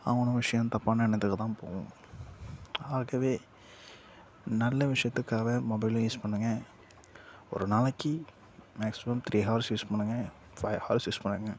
அவனுங்க விஷயம் தப்பான எண்ணத்துக்கு தான் போகும் ஆகவே நல்ல விஷயத்துக்காக மொபைல் யூஸ் பண்ணுங்க ஒரு நாளைக்கு மேக்சிமம் த்ரீ ஹவர்ஸ் யூஸ் பண்ணுங்க ஃபைவ் ஹவர்ஸ் யூஸ் பண்ணுங்க